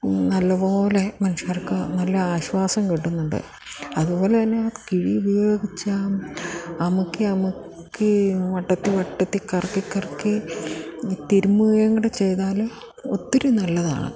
നല്ലതുപോലെ മനുഷ്യർക്ക് നല്ല ആശ്വാസം കിട്ടുന്നുണ്ട് അതുപോലെ തന്നെ കിഴി ഉപയോഗിച്ചു അമിക്കി അമിക്കി വട്ടത്തിൽ വട്ടത്തിൽ കറക്കി കറക്കി തിരുമ്മുകയും കൂടെ ചെയ്താൽ ഒത്തിരി നല്ലതാണ്